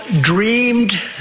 dreamed